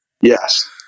yes